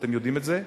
אתם יודעים את זה.